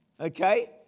okay